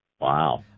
Wow